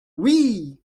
oui